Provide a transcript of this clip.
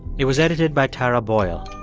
it was edited by tara boyle.